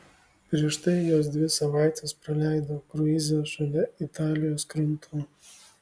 prieš tai jos dvi savaites praleido kruize šalia italijos krantų